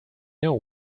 know